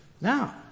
Now